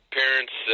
parents